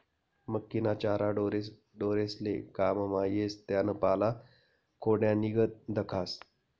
मक्कीना चारा ढोरेस्ले काममा येस त्याना पाला खोंड्यानीगत दखास